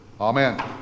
Amen